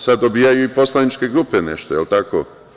Sad dobijaju i poslaničke grupe nešto, jel tako?